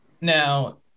Now